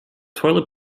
toilet